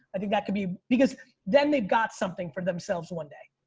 i think that could be because then they've got something for themselves one day.